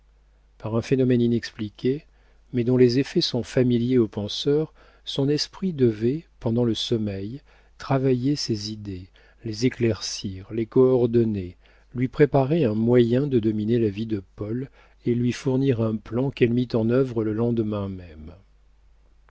par un phénomène inexpliqué mais dont les effets sont familiers aux penseurs son esprit devait pendant le sommeil travailler ses idées les éclaircir les coordonner lui préparer un moyen de dominer la vie de paul et lui fournir un plan qu'elle mit en œuvre le lendemain même